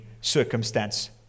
circumstance